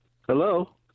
Hello